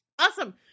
awesome